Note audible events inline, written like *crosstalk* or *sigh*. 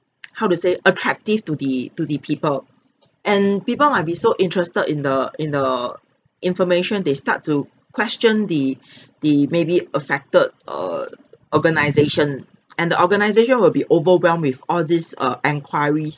how to say attractive to the to the people and people and might be so interested in the in the information they start to question the *breath* the maybe affected err organisation and the organisation will be overwhelmed with all these err inquiries